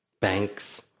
banks